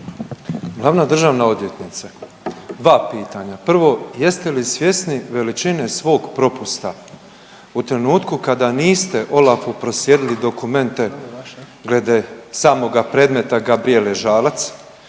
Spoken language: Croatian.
Glavna državna odvjetnice, dva pitanja. Prvo, jeste li svjesni veličine svog propusta u trenutku kada niste OLAF-u proslijedili dokumenta glede samoga predmeta Gabrijele Žalac